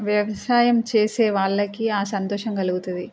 వ్యవసాయం చేసే వాళ్ళకి ఆ సంతోషం కలుగుతుంది